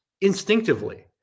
instinctively